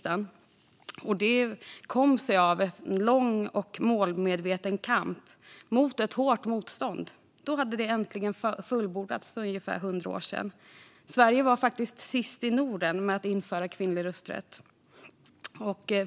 De kom efter att en lång och målmedveten kamp mot hårt motstånd äntligen fullbordats. Sverige var faktiskt sist i Norden med att införa rösträtt för kvinnor.